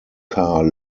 car